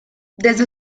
desde